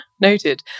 noted